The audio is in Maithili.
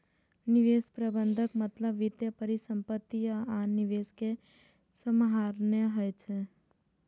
निवेश प्रबंधनक मतलब वित्तीय परिसंपत्ति आ आन निवेश कें सम्हारनाय होइ छै